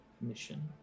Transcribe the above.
mission